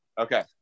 Okay